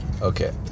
okay